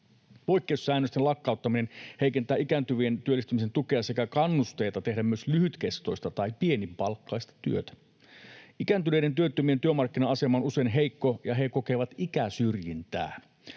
Poikkeussäännösten lakkauttaminen heikentää ikääntyvien työllistymisen tukea sekä kannusteita tehdä myös lyhytkestoista tai pienipalkkaista työtä. Ikääntyneiden työttömien työmarkkina-asema on usein heikko, ja he kokevat ikäsyrjintää.